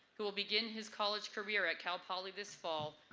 who will begin his college career at cal poly this fall,